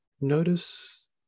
Notice